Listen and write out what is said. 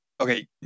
okay